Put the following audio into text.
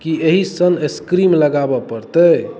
की एहि सनस्क्रीम लगाबय पड़तै